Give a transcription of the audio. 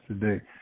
today